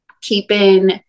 keeping